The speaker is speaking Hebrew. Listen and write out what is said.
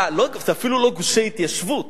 זה אפילו לא גושי התיישבות,